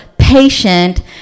Patient